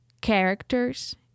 characters